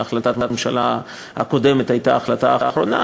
היא החלטת הממשלה הקודמת שהייתה האחרונה.